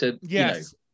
Yes